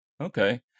okay